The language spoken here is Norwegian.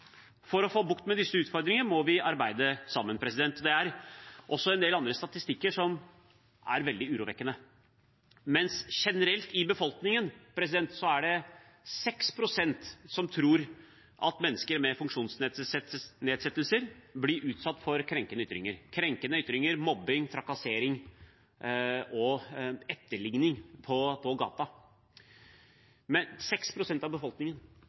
For å få bukt med disse utfordringene må vi arbeide sammen. Det er også en del andre statistikker som er veldig urovekkende. Generelt i befolkningen er det 6 pst. som tror at mennesker med funksjonsnedsettelser blir utsatt for krenkende ytringer, mobbing, trakassering og etterligning på gata,